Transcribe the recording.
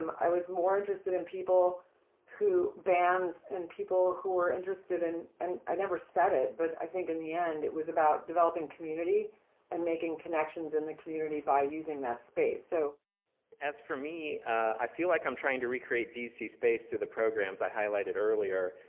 um i was more interested in people who bands and people who were interested in and i never said it, but i think in the end, it was about developing community and making connections in the community by using that space. so as for me, i feel like i'm trying to recreate d c. space through the programs i highlighted earlier,